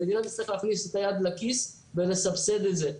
המדינה תצטרך להכניס את היד לכיס ולסבסד את זה,